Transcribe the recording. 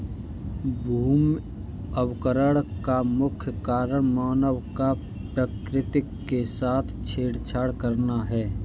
भूमि अवकरण का मुख्य कारण मानव का प्रकृति के साथ छेड़छाड़ करना है